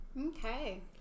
Okay